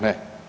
Ne.